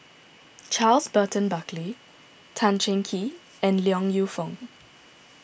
Charles Burton Buckley Tan Cheng Kee and Yong Lew Foong